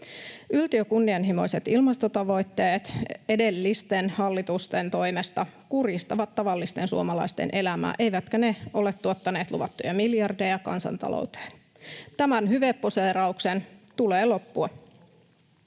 Yltiökunnianhimoiset ilmastotavoitteet edellisten hallitusten toimesta kurjistavat tavallisten suomalaisten elämää, eivätkä ne ole tuottaneet luvattuja miljardeja kansantalouteen. Tämän hyveposeerauksen tulee loppua.